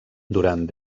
durant